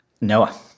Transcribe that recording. Noah